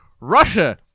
Russia